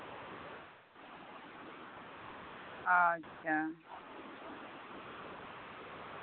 ᱟᱪᱪᱷᱟ